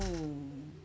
oh